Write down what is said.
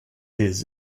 his